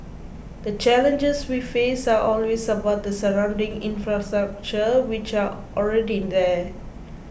the challenges we face are always about the surrounding infrastructure which are already there